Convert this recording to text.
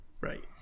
Right